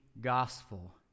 Gospel